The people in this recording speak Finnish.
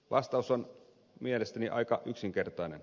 vastaus on mielestäni aika yksinkertainen